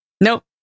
Nope